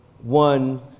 one